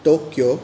Tokyo